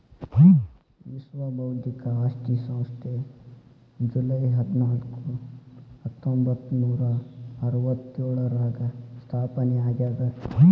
ವಿಶ್ವ ಬೌದ್ಧಿಕ ಆಸ್ತಿ ಸಂಸ್ಥೆ ಜೂಲೈ ಹದ್ನಾಕು ಹತ್ತೊಂಬತ್ತನೂರಾ ಅರವತ್ತ್ಯೋಳರಾಗ ಸ್ಥಾಪನೆ ಆಗ್ಯಾದ